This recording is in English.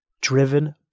driven